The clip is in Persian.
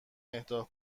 اهدا